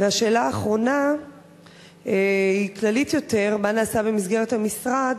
השאלה האחרונה היא כללית יותר: מה נעשה במסגרת המשרד